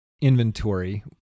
inventory